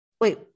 wait